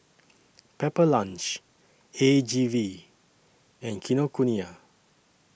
Pepper Lunch A G V and Kinokuniya